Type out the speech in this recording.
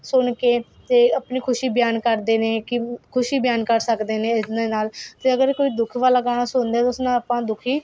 ਸੁਣ ਕੇ ਅਤੇ ਆਪਣੀ ਖੁਸ਼ੀ ਬਿਆਨ ਕਰਦੇ ਨੇ ਕਿ ਖੁਸ਼ੀ ਬਿਆਨ ਕਰ ਸਕਦੇ ਨੇ ਇਹਦੇ ਨਾਲ ਅਤੇ ਅਗਰ ਕੋਈ ਦੁੱਖ ਵਾਲਾ ਗਾਣਾ ਸੁਣਦੇ ਉਸ ਨਾਲ ਆਪਾਂ ਦੁਖੀ